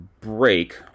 break